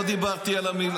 היה בוגד.